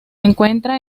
encuentra